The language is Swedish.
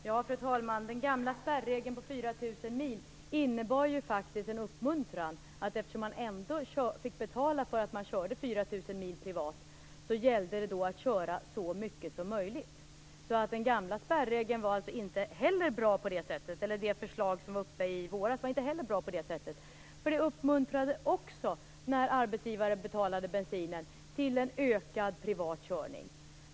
Fru talman! Den gamla spärregeln på 4 000 mil innebar ju faktiskt en uppmuntran. Eftersom man ändå fick betala för att man körde 4 000 mil privat gällde det att köra så mycket som möjligt. Den gamla spärregeln var inte heller bra på det sättet. Det förslag som var uppe i våras var inte heller bra på det sättet. Det uppmuntrade också till en ökad privat körning när arbetsgivaren betalade bensinen.